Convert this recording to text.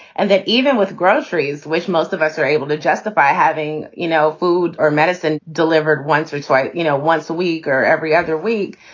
and that even with groceries, which most of us are able to justify having, you know, food or medicine delivered once or twice, you know, once a week or every other week,